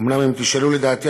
אומנם אם תשאלו לדעתי,